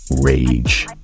rage